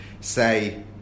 say